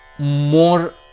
more